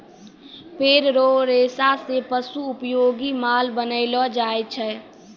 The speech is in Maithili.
पेड़ रो रेशा से पशु उपयोगी माल बनैलो जाय छै